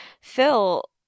Phil